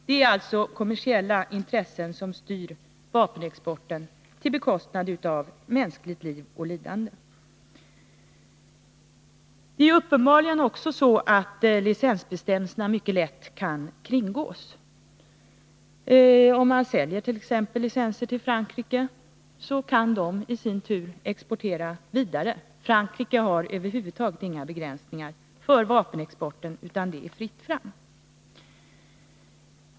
Det är alltså kommersiella intressen som styr vapenexporten på bekostnad av mänskligt liv och lidande. Uppenbarligen kan också licensbestämmelserna mycket lätt kringgås. Om licenser t.ex. säljs till Frankrike kan de därifrån exporteras vidare. Frankrike har över huvud taget inga begränsningar för vapenexporten, utan det är fritt fram.